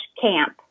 camp